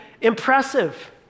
impressive